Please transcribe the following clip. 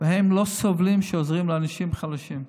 והם לא סובלים שעוזרים לאנשים חלשים.